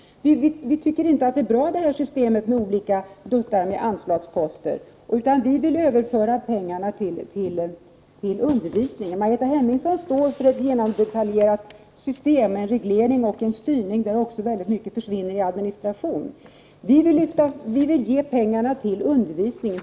Vi tycker inte att systemet med olika anslagsposter är bra, utan vi vill föra över pengarna till undervisningen. Margareta Hemmingsson står för ett genomdetaljerat system med en reglering och en styrning där väldigt mycket också försvinner i administration. Vi vill ge pengarna till undervisningen.